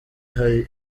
hari